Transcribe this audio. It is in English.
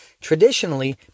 traditionally